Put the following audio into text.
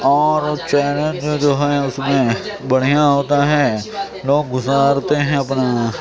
اور چیلنج جو ہے اس میں بڑھیا ہوتا ہے لوگ گزارتے ہیں اپنا